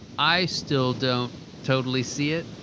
i still don't totally see it,